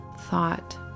thought